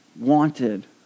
wanted